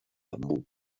bambú